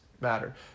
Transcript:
matter